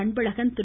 Anbazhagan Thiru